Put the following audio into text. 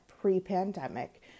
pre-pandemic